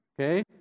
Okay